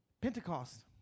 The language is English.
Pentecost